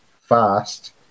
fast